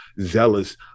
zealous